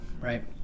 right